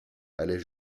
allait